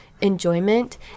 enjoyment